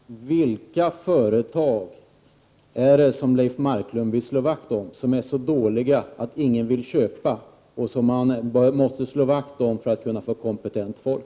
Herr talman! Vilka företag vill Leif Marklund slå vakt om? Vad är det för företag som är så dåliga att ingen vill köpa dem och som man måste slå vakt om för att få kompetent folk?